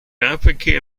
nahverkehr